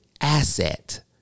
asset